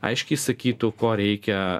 aiškiai sakytų ko reikia